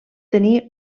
tenir